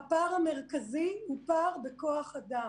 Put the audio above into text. הפער המרכזי הוא פער בכוח אדם,